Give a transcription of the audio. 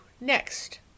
next